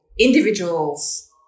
individuals